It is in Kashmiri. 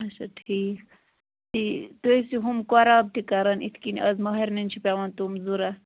اَچھا ٹھیٖک ٹھیٖک تُہۍ ٲسِو ہُم قۄراب تہِ کَران یِتھ کٔنۍ آز مہرنٮ۪ن چھِ پٮ۪وان تِم ضوٚرَتھ